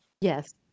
Yes